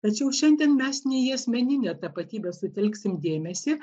tačiau šiandien mes ne į asmeninę tapatybę sutelksim dėmesį